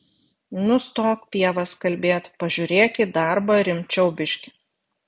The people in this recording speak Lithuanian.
nustok pievas kalbėt pažiūrėk į darbą rimčiau biškį